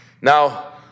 Now